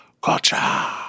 Gotcha